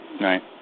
Right